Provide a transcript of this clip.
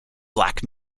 black